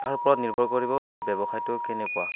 তাৰ ওপৰত নিৰ্ভৰ কৰিব যে ব্যৱসায়টো কেনেকুৱা